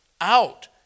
out